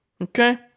okay